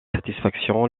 satisfaction